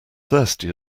thirsty